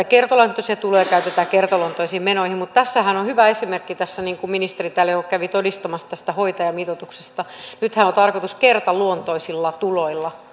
kertaluontoisia tuloja käytetään kertaluontoisiin menoihin mutta tässähän on hyvä esimerkki niin kuin ministeri täällä jo kävi todistamassa tästä hoitajamitoituksesta nythän on tarkoitus kertaluontoisilla tuloilla